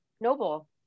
Noble